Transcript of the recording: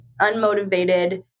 unmotivated